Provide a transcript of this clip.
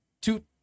two